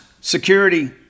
Security